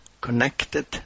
connected